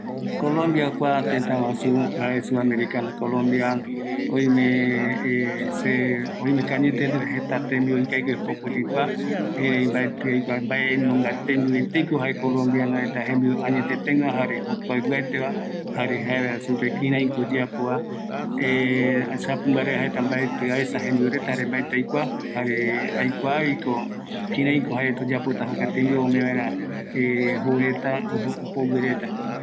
Kua tëtä colombia sud americano, oïmeko añetëtë jeta tambiu ikavigue oyekua, ëreï mbaetɨ aikua tembiu jaeteko kua colombia peguava, jare jaevaera kiako jae tembiu jokuaɨgua, jare kïraïko oyaporetava, jukuraï amoerakua vaera